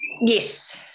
Yes